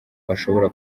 washobora